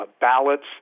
ballots